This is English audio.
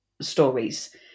stories